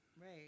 Right